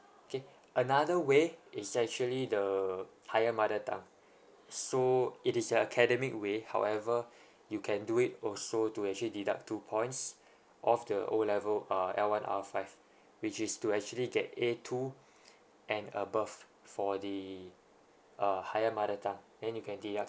okay another way is actually the higher mother tongue so it is a academic way however you can do it also to actually deduct two points of the O level err L one R five which is to actually get A two and above for the err higher mother tongue and you can deduct